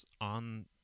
on